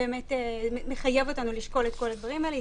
זה באמת מחייב לנו לשקול את כל הדברים האלה,